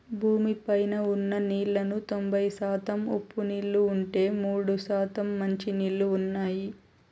భూమి పైన ఉన్న నీళ్ళలో తొంబై శాతం ఉప్పు నీళ్ళు ఉంటే, మూడు శాతం మంచి నీళ్ళు ఉన్నాయి